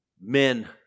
men